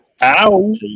Ow